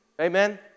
Amen